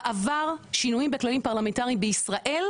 בעבר שינויים בכללים פרלמנטריים בישראל,